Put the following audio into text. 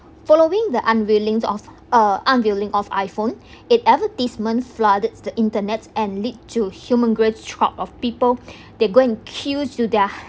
following the unveiling of uh unveiling of iphone it advertisements flooded the internet and lead to humongous crowd of people they go and queue to their